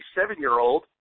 seven-year-old